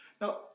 Now